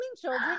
children